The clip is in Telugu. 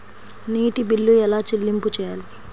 నీటి బిల్లు ఎలా చెల్లింపు చేయాలి?